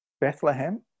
Bethlehem